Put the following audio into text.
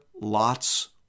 Lot's